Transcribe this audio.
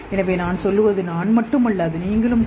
எனவே நான் சொல்வது நான் மட்டுமல்ல அது நீங்களும் கூட